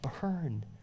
burn